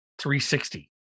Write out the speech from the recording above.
360